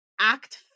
act